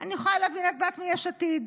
אני יכולה להבין, את באת מיש עתיד,